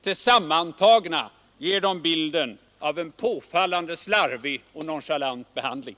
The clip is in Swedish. Tillsammantagna ger de bilden av en påfallande slarvig och nonchalant behandling.